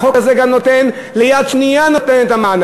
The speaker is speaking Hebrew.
החוק הזה נותן גם בדירות יד שנייה את המענק.